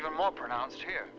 even more pronounced here